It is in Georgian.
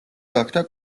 გახდა